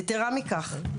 יתרה מכך,